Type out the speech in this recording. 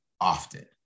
often